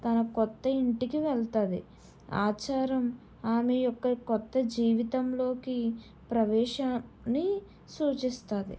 తన కొత్త ఇంటికి వెళుతుంది ఆచారం ఆమె యొక్క కొత్త జీవితంలోకి ప్రవేశాన్ని సూచిస్తుంది